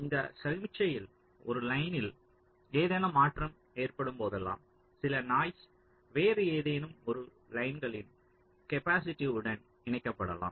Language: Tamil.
இந்த சமிக்ஞையில் ஒரு லைனில் ஏதேனும் மாற்றம் ஏற்படும் போதெல்லாம் சில நாய்ஸ் வேறு ஏதேனும் ஒரு லைனின் கேப்பாசிட்டிவுடன் இணைக்கப்படலாம்